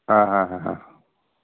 ആ ആ ആ ഹാ